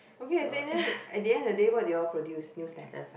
okay at the end~ at the end of the day what you all produce new status ah